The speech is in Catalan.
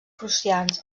prussians